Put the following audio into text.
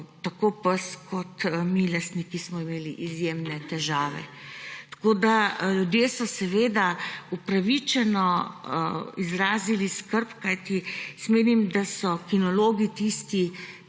Tako pes kot mi lastniki smo imeli izjemne težave. Ljudje so seveda upravičeno izrazili skrb, menim, da so kinologi tisti,